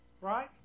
right